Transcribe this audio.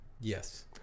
Yes